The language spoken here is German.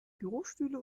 bürostühle